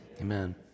Amen